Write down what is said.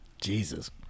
Jesus